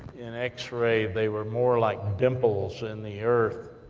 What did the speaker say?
in x ray they were more like dimples in the earth,